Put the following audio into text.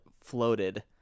floated